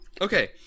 okay